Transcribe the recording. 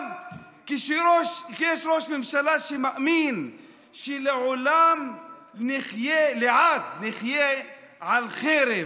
אבל כשיש ראש ממשלה שמאמין שלעד נחיה על החרב,